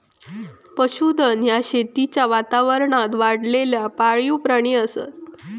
पशुधन ह्या शेतीच्या वातावरणात वाढलेला पाळीव प्राणी असत